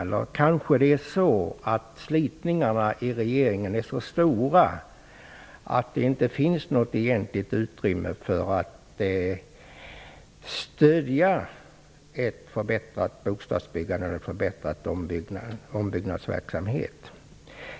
Eller är det kanske så att slitningarna i regeringen är för stora, så att det inte finns något egentligt utrymme för att stödja ett förbättrat bostadsbyggande och en förbättrad ombyggnadsverksamhet?